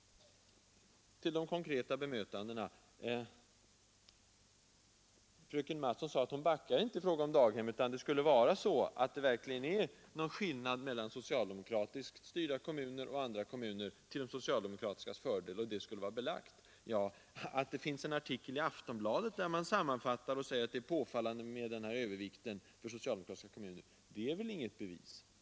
Till de konkreta frågorna. Fröken Mattson sade att hon inte backar i fråga om daghemsbyggandet, utan att det verkligen skulle vara en skillnad mellan socialdemokratiskt styrda kommuner och andra kommuner =— till de socialdemokratiskas fördel — och att det skulle vara belagt. Men det förhållandet att det finns en artikel i Aftonbladet, med en sammanfattning av utredningen, där det heter att övervikten för socialdemokratiska kommuner är påfallande, är väl inget bevis!